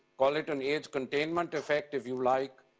call it an age-containment effect if you like,